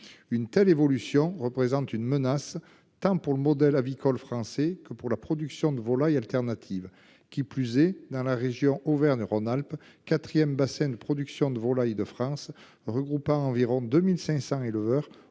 Une telle évolution représente une menace tant pour le modèle agricole français que pour la production de volaille alternative qui plus est dans la région. Auvergne-Rhône-Alpes 4ème bassins de production de volailles de France regroupant environ 2500 éleveurs